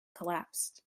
collapsed